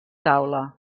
taula